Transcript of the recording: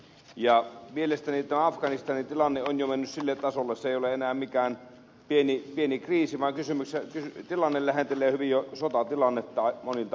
mielestäni tämä afganistanin tilanne on jo mennyt sille tasolle että se ei ole enää mikään pieni kriisi vaan tilanne lähentelee hyvin jo sotatilannetta monilta osilta